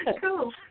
Cool